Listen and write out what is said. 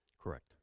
Correct